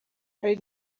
hari